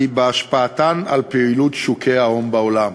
בהשפעתן על פעילות שוקי ההון בעולם,